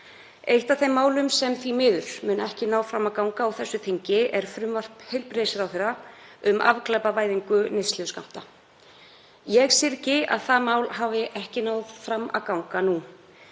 Eitt af þeim málum sem því miður mun ekki ná fram að ganga á þessu þingi er frumvarp heilbrigðisráðherra um afglæpavæðingu neysluskammta. Ég syrgi að það mál hafi ekki náð fram að ganga nú.